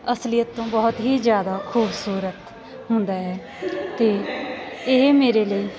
ਅਸਲੀਅਤ ਤੋਂ ਬਹੁਤ ਹੀ ਜ਼ਿਆਦਾ ਖੂਬਸੂਰਤ ਹੁੰਦਾ ਹੈ ਅਤੇ ਇਹ ਮੇਰੇ ਲਈ